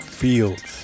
fields